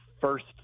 first